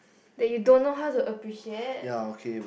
that you don't know how to appreciate